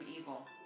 evil